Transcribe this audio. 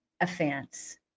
offense